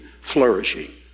flourishing